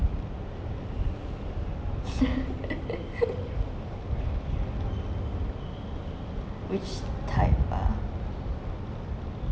which type ah